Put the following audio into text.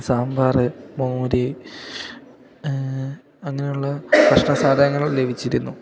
സാമ്പാറ് മോര് അങ്ങനെ ഉള്ള ഭക്ഷണം സാധനങ്ങൾ ലഭിച്ചിരുന്നു